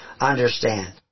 understand